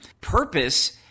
purpose